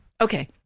Okay